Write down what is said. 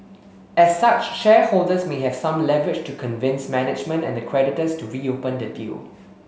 as such shareholders may have some leverage to convince management and the creditors to reopen the deal